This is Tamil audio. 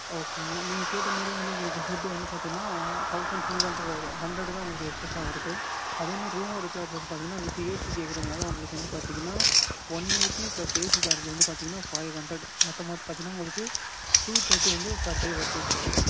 ஓகேங்க நீங்கள் கேட்ட மாதிரி வந்து உங்களுக்கு ஃபுட்டு வந்து பார்த்தீங்கன்னா தௌசண்ட் டூ ஹண்ட்ரட் வரும் ஹண்ட்ரடு தான் உங்களுக்கு எக்ஸஸாக வருது அதே மாதிரி ரூமோடய சார்ஜஸ் பார்த்தீங்கன்னா வித்து ஏசி கேட்குறதுனால உங்களுக்கு வந்து பார்த்தீங்கன்னா ஒன் எயிட்டி ப்ளஸ் ஏசி சார்ஜ்ஜி வந்து பார்த்திங்கன்னா ஃபைவ் ஹண்ட்ரட் மொத்தமாக பார்த்திங்கன்னா உங்களுக்கு டூ தேர்ட்டி வந்து பெர் டே வருது உங்களுக்கு